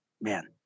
man